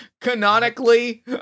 Canonically